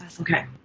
Okay